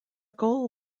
goal